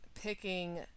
picking